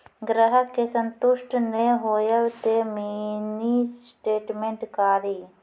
ग्राहक के संतुष्ट ने होयब ते मिनि स्टेटमेन कारी?